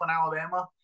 Alabama